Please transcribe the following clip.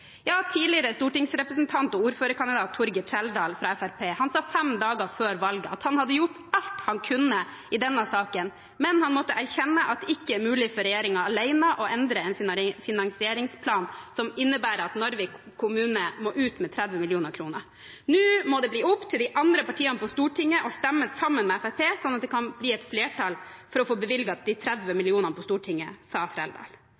Tidligere stortingsrepresentant og ordførerkandidat Torgeir Trældal fra Fremskrittspartiet sa fem dager før valget at han hadde gjort alt han kunne i denne saken, men han måtte erkjenne at det ikke er mulig for regjeringen alene å endre en finansieringsplan som innebærer at Narvik kommune må ut med 30 mill. kr. «Nå må det bli opp til de andre partiene på Stortinget å stemme sammen med Frp, slik at det kan bli flertall for å få bevilget de 30 millionene på Stortinget,» sa